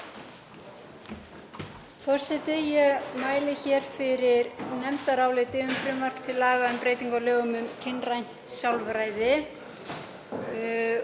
Forseti. Ég mæli hér fyrir nefndaráliti um frumvarp til laga um breytingu á lögum um kynrænt sjálfræði.